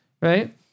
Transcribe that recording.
Right